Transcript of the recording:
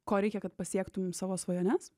ko reikia kad pasiektum savo svajones